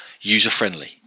user-friendly